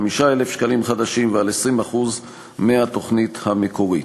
ו-475,000 ועל 20% מהתוכנית המקורית.